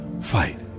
fight